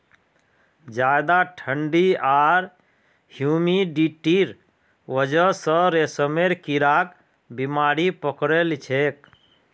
ज्यादा ठंडी आर ह्यूमिडिटीर वजह स रेशमेर कीड़ाक बीमारी पकड़े लिछेक